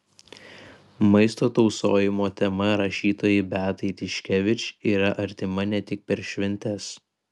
maisto tausojimo tema rašytojai beatai tiškevič yra artima ne tik per šventes